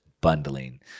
bundling